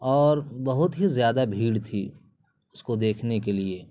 اور بہت ہی زیادہ بھیڑ تھی اس کو دیکھنے کے لیے